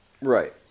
Right